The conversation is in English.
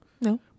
No